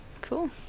Cool